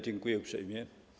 Dziękuję uprzejmie.